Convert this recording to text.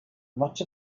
much